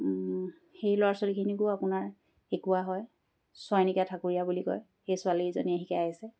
সেই ল'ৰা ছোৱালীখিনিকো আপোনাৰ শিকোৱা হয় ছয়নিকা ঠাকুৰীয়া বুলি কয় সেই ছোৱালীজনীয়ে শিকাই আছে